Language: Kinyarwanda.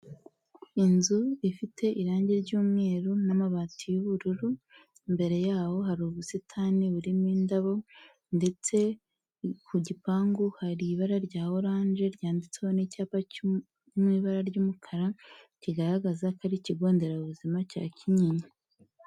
Inzu ifite irangi ry'umweru n'amabati y'ubururu, imbere yaho hari ubusitani burimo indabo ndetse ku gipangu hari ibara rya oranje ryanditseho n'icyapa mu ibara ry'umukara, kigaragaza ko ari ikigo nderabuzima cya kinyinya.